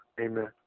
amen